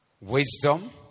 wisdom